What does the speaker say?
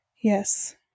Yes